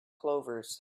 clovers